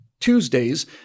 Tuesdays